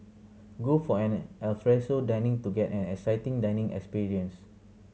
go for an alfresco dining to get an exciting dining experience